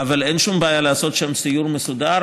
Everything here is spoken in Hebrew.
אבל אין שום בעיה לעשות שם סיור מסודר.